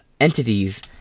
entities